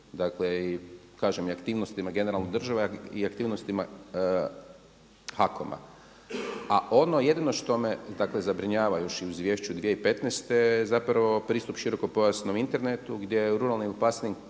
dakle i aktivnostima generalne države i aktivnostima HAKOM-a. A ono jedino što me zabrinjava još u izvješću 2015. zapravo pristup širokopojasnom internetu gdje u ruralnim i